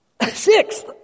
sixth